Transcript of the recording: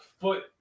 foot